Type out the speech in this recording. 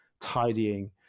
tidying